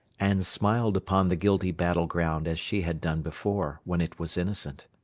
and smiled upon the guilty battle-ground as she had done before, when it was innocent.